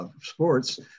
sports